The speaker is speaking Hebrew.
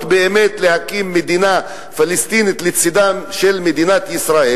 באמת להקים מדינה פלסטינית לצדה של מדינת ישראל,